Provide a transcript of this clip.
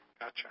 gotcha